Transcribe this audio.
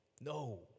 No